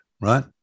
right